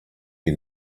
you